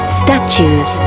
statues